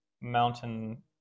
mountain